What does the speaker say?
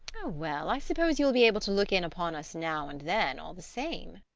oh well i suppose you will be able to look in upon us now and then all the same.